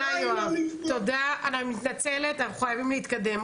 אני מתנצלת, אנחנו חייבים להתקדם.